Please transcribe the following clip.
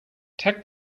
tack